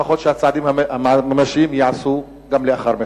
לפחות שהצעדים הממשיים ייעשו לאחר מכן.